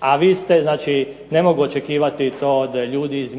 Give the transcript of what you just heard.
A vi ste znači, ne mogu očekivati to od ljudi iz